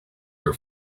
your